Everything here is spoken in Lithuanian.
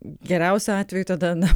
geriausiu atveju tada na